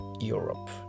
Europe